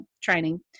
training